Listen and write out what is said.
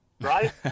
right